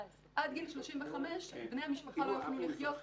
עד גיל 35 בני המשפחה לא יוכלו לחיות כאן,